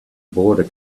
border